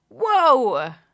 Whoa